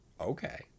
okay